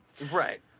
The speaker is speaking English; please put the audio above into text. Right